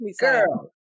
Girl